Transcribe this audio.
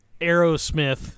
aerosmith